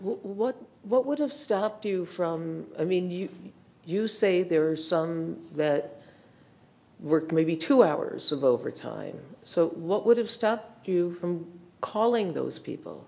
what what would have stopped you from i mean you you say there are some that work maybe two hours of overtime so what would have stop you from calling those people